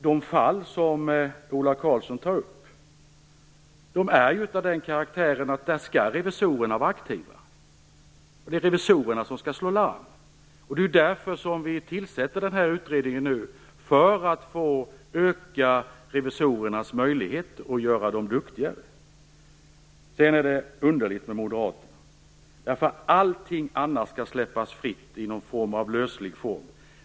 De fall som Ola Karlsson tar upp är av den karaktären att revisorerna skall vara aktiva. Det är de som skall slå larm. Därför tillsätter vi nu en utredning för att öka revisorernas möjligheter och göra dem duktigare. Det är underligt med moderaterna. Allting annat skall släppas fritt, i löslig form.